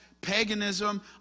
paganism